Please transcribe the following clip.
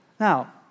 Now